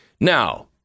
Now